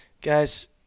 guys